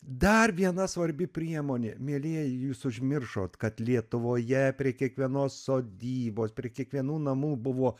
dar viena svarbi priemonė mielieji jūs užmiršot kad lietuvoje prie kiekvienos sodybos prie kiekvienų namų buvo